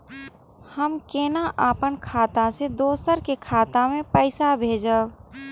हम केना अपन खाता से दोसर के खाता में पैसा भेजब?